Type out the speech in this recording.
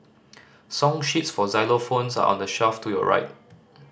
song sheets for xylophones are on the shelf to your right